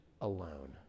alone